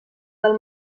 del